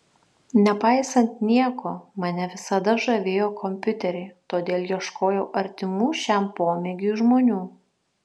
nepaisant nieko mane visada žavėjo kompiuteriai todėl ieškojau artimų šiam pomėgiui žmonių